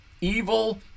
evil